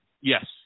Yes